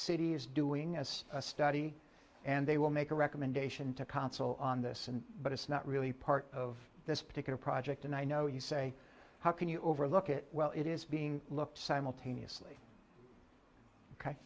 city is doing as a study and they will make a recommendation to consul on this and but it's not really part of this particular project and i know you say how can you overlook it well it is being looked simultaneously ok